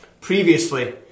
previously